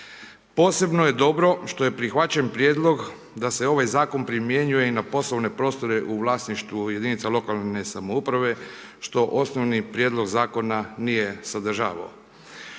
Posebno je dobro što je prihvaćen prijedlog da se ovaj zakon primjenjuje i na poslove prostore u vlasništvu jedinica lokalne samouprave što osnovni prijedlog zakona nije sadržavao.